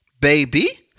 baby